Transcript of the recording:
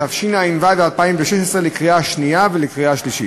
התשע"ו 2016, לקריאה שנייה ולקריאה שלישית.